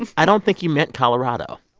and i don't think he meant colorado,